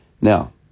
Now